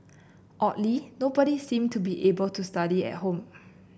oddly nobody seemed to be able to study at home